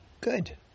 good